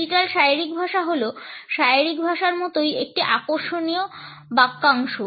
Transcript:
digital শারীরিক ভাষা হল শারীরিক ভাষার মতোই একটি আকর্ষণীয় বাক্যাংশ